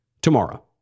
tomorrow